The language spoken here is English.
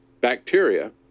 bacteria